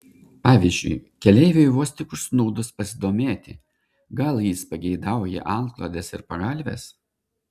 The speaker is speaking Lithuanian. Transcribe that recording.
pavyzdžiui keleiviui vos tik užsnūdus pasidomėti gal jis pageidauja antklodės ir pagalvės